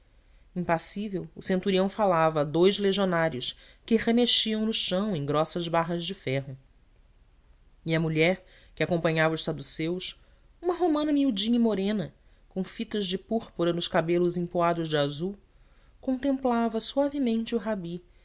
impassível o centurião falava a dous legionários que remexiam no chão em grossas barras de ferro e a mulher que acompanhava os saduceus uma romana miudinha e morena com fitas de púrpura nos cabelos empoados de azul contemplava suavemente o rabi